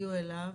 תגיעו אליו.